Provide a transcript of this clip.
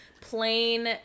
Plain